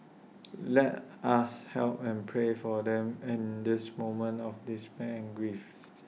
let us help and pray for them in this moment of despair and grief